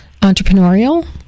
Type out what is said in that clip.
entrepreneurial